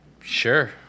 Sure